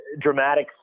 dramatics